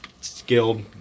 skilled